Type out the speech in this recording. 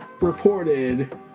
reported